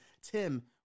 Tim